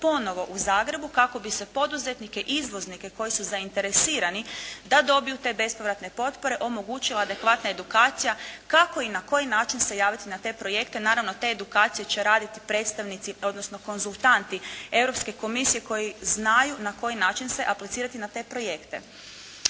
ponovno u Zagrebu kako bi se poduzetnike-izvoznike koji su zainteresirani da dobiju te bespovratne potpore omogućila adekvatna edukacija kako i na koji način se javiti na te projekte, naravno te edukacije će raditi prestavnici, odnosno konzultanti europske komisije koji znaju na koji način se aplicirati na projekte.